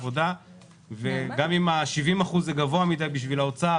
גם אם 70 אחוזים זה גבוה מדי בשביל האוצר,